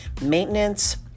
maintenance